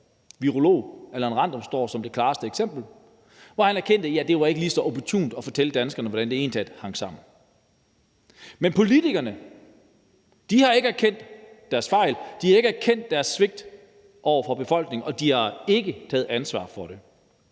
Virolog Allan Randrup Thomsen står som det klareste eksempel, for han erkendte, at ja, det var ikke lige så opportunt at fortælle danskerne, hvordan det egentlig hang sammen. Men politikerne har ikke erkendt deres fejl, de har ikke erkendt deres svigt over for befolkningen, og de har ikke taget ansvar for det.